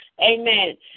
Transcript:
Amen